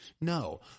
No